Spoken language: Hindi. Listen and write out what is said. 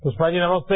पुष्पाजी नमस्ते